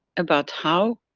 about how,